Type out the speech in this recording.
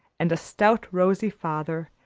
and a stout, rosy father,